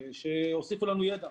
שהוסיפו לנו ידע.